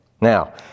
Now